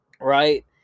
right